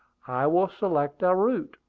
i will select a route,